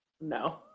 No